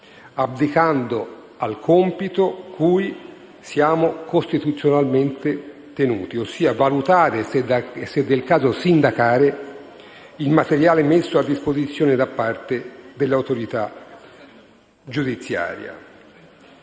abdicando al compito cui siamo costituzionalmente tenuti, quello cioè di valutare, e, se del caso sindacare, il materiale messo a disposizione dall'autorità giudiziaria.